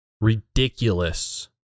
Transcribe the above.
ridiculous